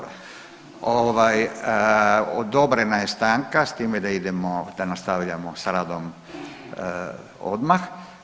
Ovaj odobrena je stanka s time da idemo, da nastavljamo s radom odmah.